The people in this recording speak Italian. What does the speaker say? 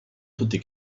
tutti